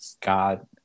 God